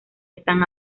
están